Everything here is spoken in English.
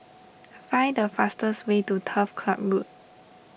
find the fastest way to Turf Club Road